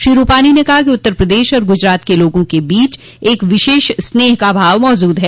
श्री रूपानी ने कहा कि उत्तर प्रदेश और गुजरात के लोगों के बीच एक विशेष स्नेह का भाव मौजूद है